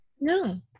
no